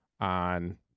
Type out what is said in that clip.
on